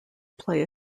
play